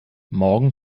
morgen